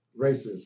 racism